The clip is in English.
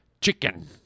chicken